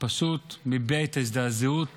מביע את ההזדעזעות